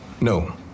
no